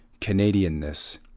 Canadianness